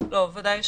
לא, ודאי שלא.